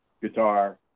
guitar